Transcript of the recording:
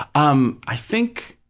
ah um i think,